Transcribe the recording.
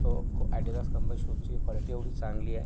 तो Adidas company शूजची quality एवढी चांगली आहे